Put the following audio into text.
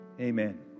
Amen